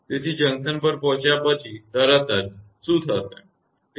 તેથી જંકશન પર પહોંચ્યા પછી તરત જ શું થશે